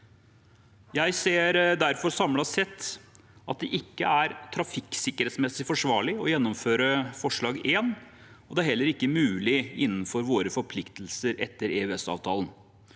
Jeg ser derfor samlet sett at det ikke er trafikksikkerhetsmessig forsvarlig å gjennomføre forslag 1 i representantforslaget, og det er heller ikke mulig innenfor våre forpliktelser etter EØS-avtalen.